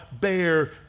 bear